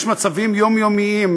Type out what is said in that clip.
יש מצבים יומיומיים,